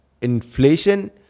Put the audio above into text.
inflation